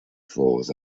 flaws